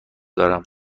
دارم